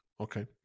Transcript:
Okay